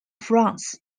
fronts